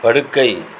படுக்கை